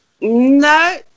No